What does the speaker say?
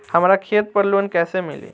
हमरा खेत पर लोन कैसे मिली?